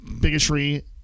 bigotry